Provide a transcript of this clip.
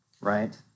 right